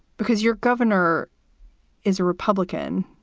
because your governor is a republican,